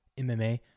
MMA